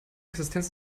existenz